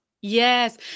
Yes